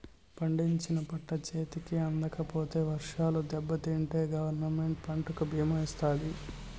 పండించిన పంట చేతికి అందకపోతే వర్షాలకు దెబ్బతింటే గవర్నమెంట్ పంటకు భీమా ఇత్తాది